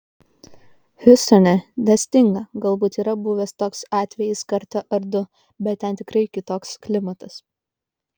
hjustone nesninga galbūt yra buvęs toks atvejis kartą ar du bet ten tikrai kitoks klimatas